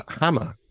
Hammer